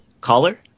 Caller